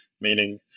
meaning